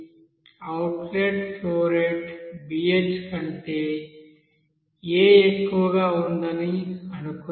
outlet flow rate bh కంటే a ఎక్కువగా ఉందని అనుకుందాం